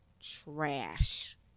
trash